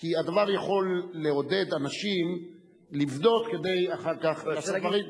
כי הדבר יכול לעודד אנשים לבנות כדי אחר כך לעשות דברים,